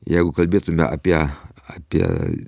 jeigu kalbėtume apie apie